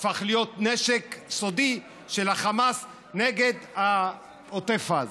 הפכו להיות נשק סודי של החמאס נגד עוטף עזה.